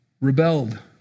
rebelled